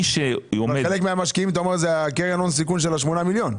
אבל חלק מהמשקיעים אתה אומר זה הקרן הון סיכון של ה-8 מיליון?